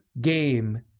game